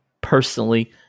personally